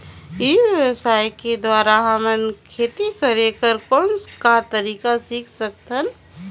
ई व्यवसाय के द्वारा हमन खेती करे कर कौन का तरीका सीख सकत हन?